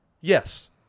Yes